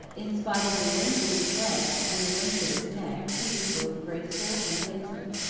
in spite of the length of his legs and the length of his neck he was both graceful and handsome.